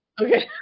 Okay